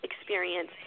experience